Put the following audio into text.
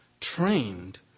trained